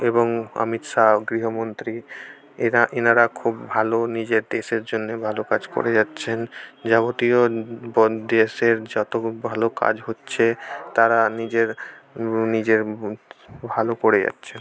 এবং আমিত শা গৃহমন্ত্রী এরা এনারা খুব ভালো নিজের দেশের জন্য ভালো কাজ করে যাচ্ছেন যাবতীয় দেশের যত ভালো কাজ হচ্ছে তারা নিজের নিজের ভালো করে যাচ্ছে